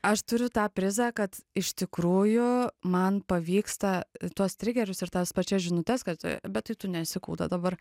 aš turiu tą prizą kad iš tikrųjų man pavyksta tuos trigerius ir tas pačias žinutes kad bet tai tu nesi kūda dabar